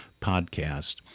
podcast